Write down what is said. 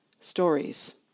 stories